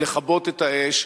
היא לכבות את האש,